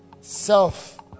Self